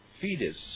fetus